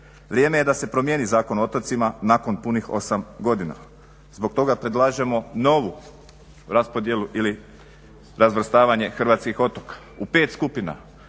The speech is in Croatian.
Vrijeme je da se promijeni Zakon o otocima nakon punih 8 godina. Zbog toga predlažemo novu raspodjelu ili razvrstavanje hrvatskih otoka u pet skupina.